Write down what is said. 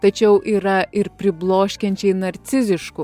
tačiau yra ir pribloškiančiai narciziškų